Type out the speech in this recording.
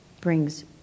brings